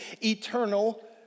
eternal